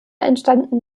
entstanden